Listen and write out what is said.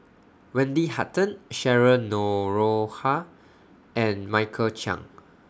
Wendy Hutton Cheryl Noronha and Michael Chiang